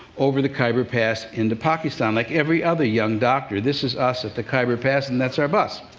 over the khyber pass into pakistan, like every other young doctor. this is us at the khyber pass, and that's our bus.